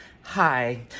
Hi